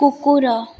କୁକୁର